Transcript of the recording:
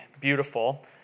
beautiful